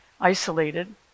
isolated